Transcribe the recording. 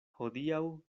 hodiaŭ